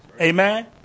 Amen